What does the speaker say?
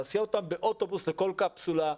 להסיע אותם באוטובוס לכל קפסולה,